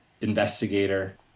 investigator